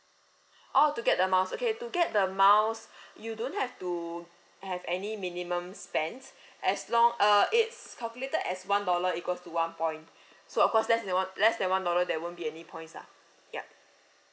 oh to get the miles okay to get the miles you don't have to have any minimum spend as long uh it's calculated as one dollar equals to one point so of course less than one less than one dollar there won't be any points lah ya